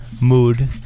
Mood